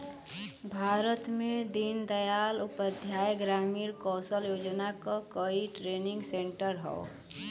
भारत में दीन दयाल उपाध्याय ग्रामीण कौशल योजना क कई ट्रेनिंग सेन्टर हौ